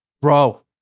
bro